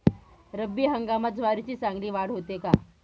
रब्बी हंगामात ज्वारीची चांगली वाढ होते का?